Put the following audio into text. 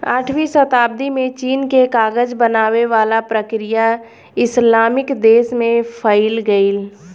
आठवीं सताब्दी में चीन के कागज बनावे वाला प्रक्रिया इस्लामिक देश में फईल गईल